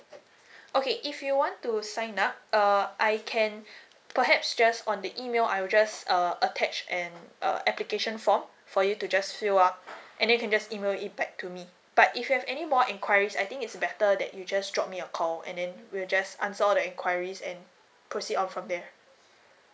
okay if you want to sign up uh I can perhaps just on the email I will just uh attach an uh application form for you to just fill it up and then you can just email it back to me but if you have any more enquiries I think it's better that you just drop me a call and then we'll just answer all the enquiries and proceed on from there